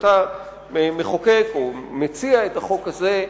כשאתה מציע את החוק הזה,